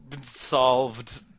solved